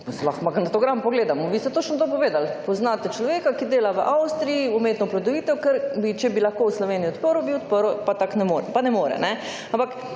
saj si lahko magnetogram pogledamo, vi ste točno to povedali. Poznate človeka, ki dela v Avstriji, umetno oploditev, ker če bi lahko v Sloveniji odprl, bi odprl, tako pa ne more.